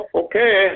okay